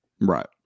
Right